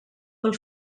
pel